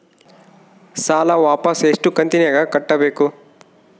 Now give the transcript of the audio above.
ಸಾಲ ವಾಪಸ್ ಎಷ್ಟು ಕಂತಿನ್ಯಾಗ ಕಟ್ಟಬೇಕು?